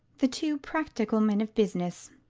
the two practical men of business